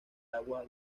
agua